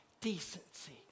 decency